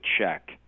check